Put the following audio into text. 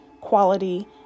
quality